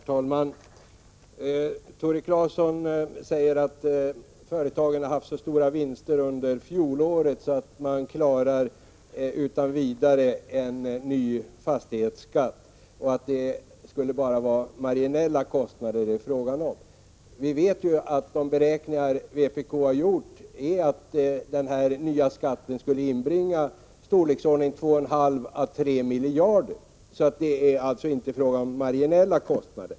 Herr talman! Tore Claeson säger att företagen haft så stora vinster under fjolåret att de utan vidare klarar en ny fastighetsskatt, och att det bara skulle gälla marginella kostnader. Vi vet av de beräkningar vpk gjort att denna nya skatt skulle inbringa 2,5-3 miljarder. Det är alltså inga marginella kostnader.